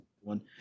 one